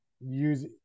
use